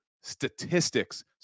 statistics